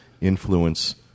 influence